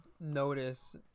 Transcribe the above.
notice